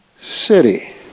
city